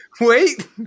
Wait